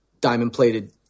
diamond-plated